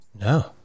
No